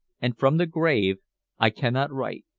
and from the grave i cannot write.